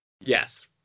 yes